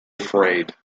afraid